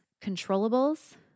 controllables